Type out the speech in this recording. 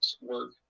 work